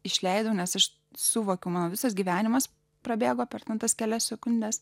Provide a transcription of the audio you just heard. išleidau nes aš suvokiau man visas gyvenimas prabėgo per tas kelias sekundes